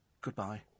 goodbye